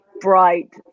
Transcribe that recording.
bright